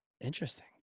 Interesting